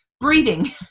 Breathing